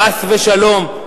חס ושלום,